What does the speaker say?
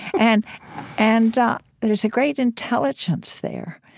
and and um there's a great intelligence there.